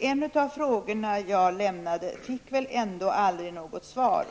en av mina frågor fick jag dock aldrig något svar.